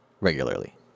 regularly